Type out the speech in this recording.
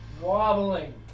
wobbling